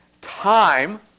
time